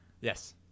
Yes